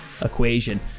equation